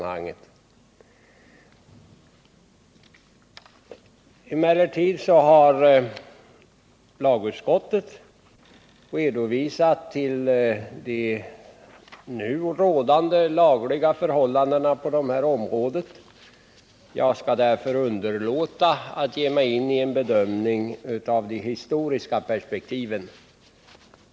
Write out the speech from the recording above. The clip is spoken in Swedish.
Lagutskottet har i sitt betänkande redovisat de nu rådande, lagliga förhållandena på detta område. Jag skall därför inte ge mig in på en bedömning av de historiska perspektiven.